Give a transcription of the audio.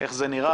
איך זה נראה,